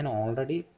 already